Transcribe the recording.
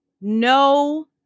no